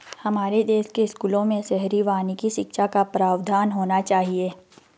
हमारे देश के स्कूलों में शहरी वानिकी शिक्षा का प्रावधान होना चाहिए